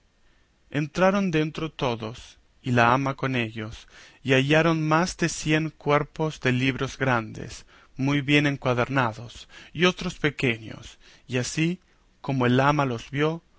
entraron dentro todos y la ama con ellos y hallaron más de cien cuerpos de libros grandes muy bien encuadernados y otros pequeños y así como el ama los vio